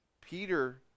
Peter